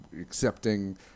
accepting